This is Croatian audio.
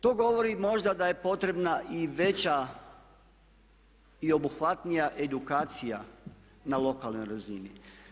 To govori možda da je potrebna i veća i obuhvatnija edukacija na lokalnoj razini.